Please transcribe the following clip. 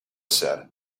said